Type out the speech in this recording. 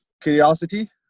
curiosity